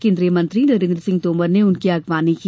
केंद्रीय मंत्री नरेंद्र सिंह तोमर ने उनकी अगवानी की